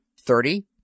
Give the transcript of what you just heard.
Thirty